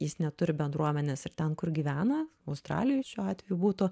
jis neturi bendruomenės ir ten kur gyvena australijoj šiuo atveju būtų